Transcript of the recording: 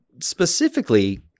specifically